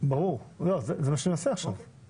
שהוא אמר על החוק הישן 40% מהאנשים שנכנסו בחוק הזה,